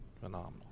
Phenomenal